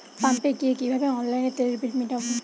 পাম্পে গিয়ে কিভাবে অনলাইনে তেলের বিল মিটাব?